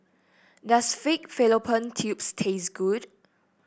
does Pig Fallopian Tubes taste good